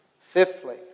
Fifthly